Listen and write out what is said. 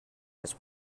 his